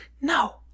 No